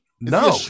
No